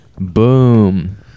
Boom